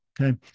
Okay